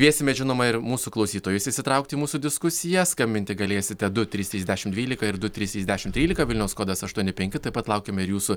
kviesime žinoma ir mūsų klausytojus įsitraukti į mūsų diskusiją skambinti galėsite du trys trys dešimt dvylika ir du trys trys dešimt trylika vilniaus kodas aštuoni penki taip pat laukiame jūsų